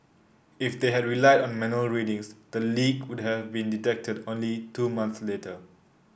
if they had relied on manual readings the leak would have been detected only two months later